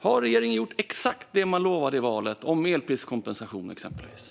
Har regeringen gjort exakt det man lovade i valet, exempelvis när det gäller elpriskompensation?